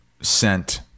...sent